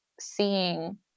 seeing